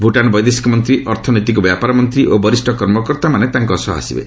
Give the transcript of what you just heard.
ଭୁଟାନ୍ ବୈଦେଶିକ ମନ୍ତ୍ରୀ ଅର୍ଥନୈତିକ ବ୍ୟାପାର ମନ୍ତ୍ରୀ ଓ ବରିଷ୍ଣ କର୍ମକର୍ତ୍ତାମାନେ ତାଙ୍କ ସହ ଆସିବେ